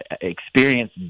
experience